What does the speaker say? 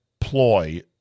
ploy